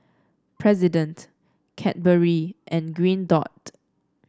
President Cadbury and Green Dot